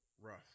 Rough